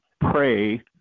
pray